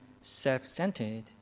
self-centered